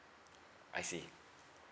I see